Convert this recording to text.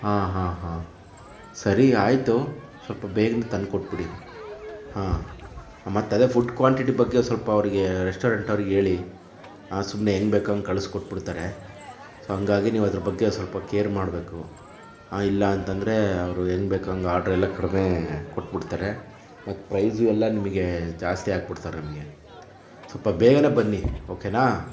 ಹಾಂ ಹಾಂ ಹಾಂ ಸರಿ ಆಯಿತು ಸ್ವಲ್ಪ ಬೇಗನೆ ತಂದ್ಕೊಟ್ಬಿಡಿ ಹಾಂ ಮತ್ತು ಅದೇ ಫುಡ್ ಕ್ವಾಂಟಿಟಿ ಬಗ್ಗೆ ಒ ಸ್ವಲ್ಪ ಅವರಿಗೆ ರೆಸ್ಟೋರೆಂಟ್ ಅವ್ರಿಗೆ ಹೇಳಿ ಹಾ ಸುಮ್ಮನೆ ಹೆಂಗೆ ಬೇಕೋ ಹಂಗೆ ಕಳ್ಸ್ಕೊಟ್ಬಿಡ್ತಾರೆ ಸೊ ಹಾಗಾಗಿ ನೀವು ಅದ್ರ ಬಗ್ಗೆ ಒ ಸ್ವಲ್ಪ ಕೇರ್ ಮಾಡಬೇಕು ಹಾ ಇಲ್ಲಾಂತಂದರೆ ಅವರು ಹಂಗ್ ಬೇಕೋ ಹಾಗೆ ಆರ್ಡ್ರ್ ಎಲ್ಲ ಕಡಿಮೆ ಕೊಟ್ಬಿಡ್ತಾರೆ ಮತ್ತು ಪ್ರೈಸು ಎಲ್ಲ ನಿಮಗೆ ಜಾಸ್ತಿ ಹಾಕ್ಬುಡ್ತಾರೆ ನಮಗೆ ಸ್ವಲ್ಪ ಬೇಗನೆ ಬನ್ನಿ ಓಕೆನಾ